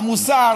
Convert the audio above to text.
המוסר,